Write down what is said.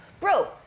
bro